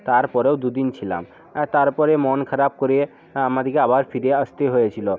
তারপরও দু দিন ছিলাম তারপরে মন খারাপ করে আমাদেরকে আবার ফিরে আসতে হয়েছিলো